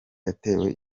yatewe